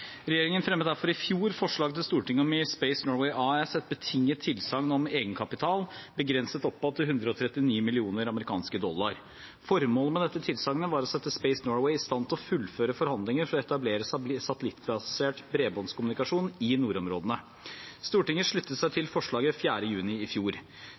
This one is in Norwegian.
Regjeringen fremmet derfor i fjor forslag til Stortinget om å gi Space Norway AS et betinget tilsagn om egenkapital, begrenset oppad til 139 mill. amerikanske dollar. Formålet med dette tilsagnet var å sette Space Norway i stand til å fullføre forhandlinger for å etablere satellittbasert bredbåndskommunikasjon i nordområdene. Stortinget sluttet seg til forslaget 4. juni i fjor.